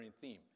theme